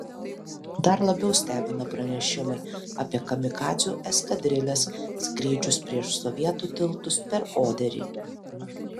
dar labiau stebina pranešimai apie kamikadzių eskadrilės skrydžius prieš sovietų tiltus per oderį